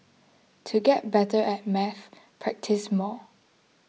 to get better at maths practise more